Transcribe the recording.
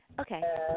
Okay